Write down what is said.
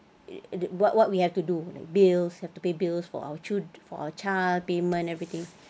what what we have to do bills have to pay bills for our child for our child payment everything